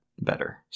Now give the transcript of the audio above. better